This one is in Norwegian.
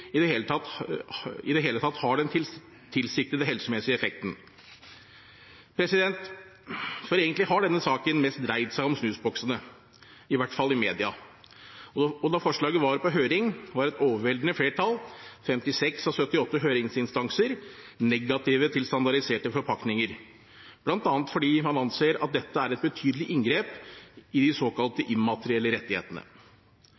i det hele tatt har den tilsiktede helsemessige effekten. For egentlig har denne saken mest dreid seg om snusboksene, i hvert fall i media. Og da forslaget var på høring, var et overveldende flertall – 56 av 78 høringsinstanser – negative til standardiserte forpakninger, bl.a. fordi man anser at dette er et betydelig inngrep i de